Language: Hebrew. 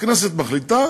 הכנסת מחליטה